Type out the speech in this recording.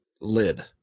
lid